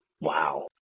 Wow